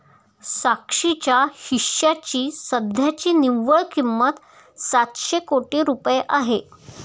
साक्षीच्या हिश्श्याची सध्याची निव्वळ किंमत सातशे कोटी रुपये आहे